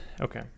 Okay